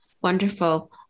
Wonderful